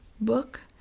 book